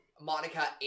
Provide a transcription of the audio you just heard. Monica